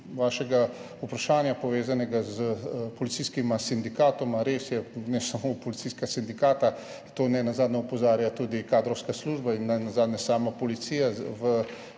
vašega vprašanja, povezanega s policijskima sindikatoma, res je, ne samo policijska sindikata, na to nenazadnje opozarja tudi kadrovska služba in sama policija.